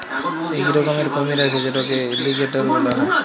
ইক রকমের কুমির আছে যেটকে এলিগ্যাটর ব্যলা হ্যয়